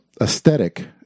aesthetic